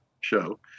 show